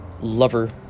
lover